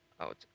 out